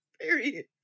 Period